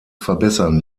verbessern